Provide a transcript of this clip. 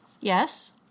Yes